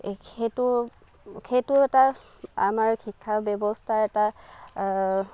সেইটো সেইটো এটা আমাৰ শিক্ষা ব্যৱস্থাৰ এটা